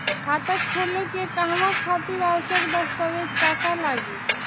खाता खोले के कहवा खातिर आवश्यक दस्तावेज का का लगी?